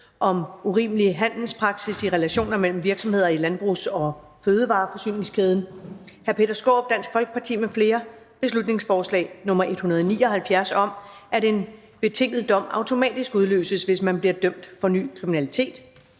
om urimelig handelspraksis i relationer mellem virksomheder i landbrugs- og fødevareforsyningskæden). Peter Skaarup (DF) m.fl.: Beslutningsforslag nr. B 179 (Forslag til folketingsbeslutning om, at en betinget dom automatisk udløses, hvis man bliver dømt for ny kriminalitet).